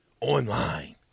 online